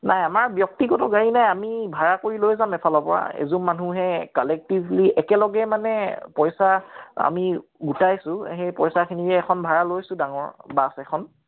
নাই আমাৰ ব্যক্তিগত গাড়ী নাই আমি ভাৰা কৰি লৈ যাম এইফালৰ পৰা এজুম মানুহে কালেক্টিভলি একেলগে মানে পইচা আমি উঠাইছোঁ সেই পইচাখিনিৰে এখন ভাৰা লৈছোঁ ডাঙৰ বাছ এখন